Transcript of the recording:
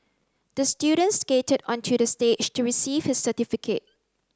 the student skated onto the stage to receive his certificate